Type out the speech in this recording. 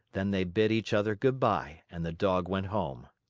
then they bid each other good-by and the dog went home.